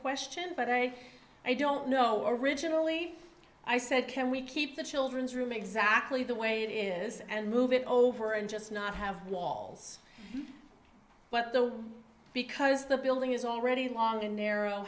question but i don't know originally i said can we keep the children's room exactly the way it is and move it over and just not have walls but the because the building is already long and narrow